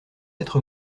être